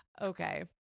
okay